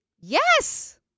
Yes